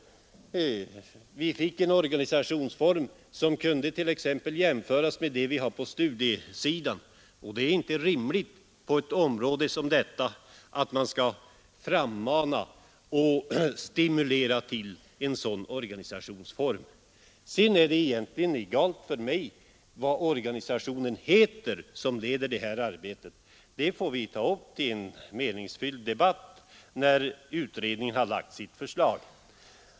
Vi kunde därigenom få en organisationsform som t.ex. kunde jämföras med den vi har på studiesidan. Det är inte rimligt att på ett område som detta frammana och stimulera en sådan organisationsform. Vilken organisation som skall leda det här arbetet är en fråga som vi får ta upp till meningsfylld debatt när utredningen har framlagt sitt förslag.